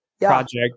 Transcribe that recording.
project